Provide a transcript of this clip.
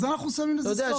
אז אנחנו שמים לזה סוף.